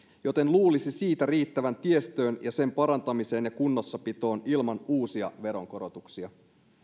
joten luulisi siitä riittävän tiestöön ja sen parantamiseen ja kunnossapitoon ilman uusia veronkorotuksia